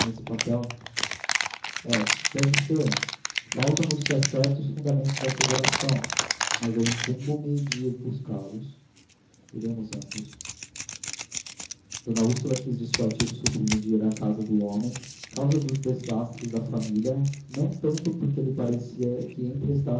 nesse papel é deve ser faltam nos é certo os fundamentos da asseveração mas eu incumbome de ir buscá-los iremos ambos d úrsula quis dissuadir o sobrinho de ir à casa do homem causa dos desastres da família não tanto porque lhe parecia que entre